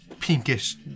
pinkish